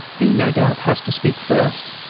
he no doubt has to speak first,